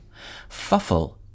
Fuffle